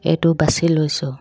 এইটো বাচি লৈছোঁ